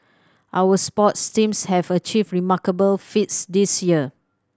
our sports teams have achieved remarkable feats this year